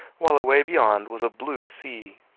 while away beyond was a blue sea.